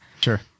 Sure